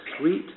sweet